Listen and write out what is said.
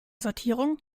sortierung